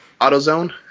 AutoZone